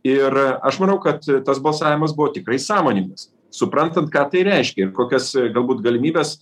ir aš manau kad tas balsavimas buvo tikrai sąmoningas suprantant ką tai reiškia ir kokias galbūt galimybes